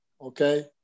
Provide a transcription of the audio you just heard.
okay